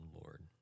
Lord